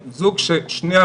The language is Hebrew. אז הם בעצם אנוסים להיות